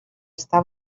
estar